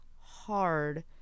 hard